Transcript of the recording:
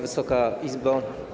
Wysoka Izbo!